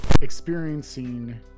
experiencing